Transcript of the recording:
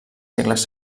segles